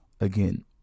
Again